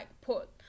put